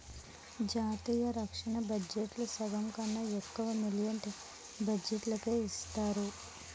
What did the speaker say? జాతీయ రక్షణ బడ్జెట్లో సగంకన్నా ఎక్కువ మిలట్రీ బడ్జెట్టుకే ఇస్తారు